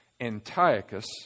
Antiochus